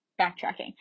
backtracking